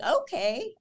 okay